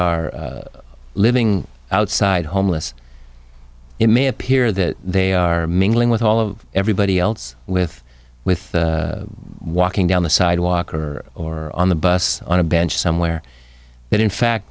are living outside homeless it may appear that they are mingling with all of everybody else with with walking down the sidewalk or or on the bus on a bench somewhere that in fact